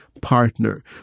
partner